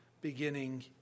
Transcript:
beginning